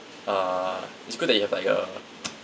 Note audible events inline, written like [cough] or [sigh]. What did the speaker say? uh it's good that you have like a [noise]